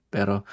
Pero